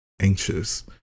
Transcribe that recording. anxious